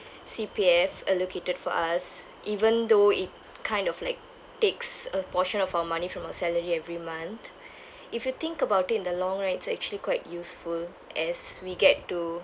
C_P_F allocated for us even though it kind of like takes a portion of our money from our salary every month if you think about it in the long run it's actually quite useful as we get to